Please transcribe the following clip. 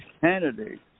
candidates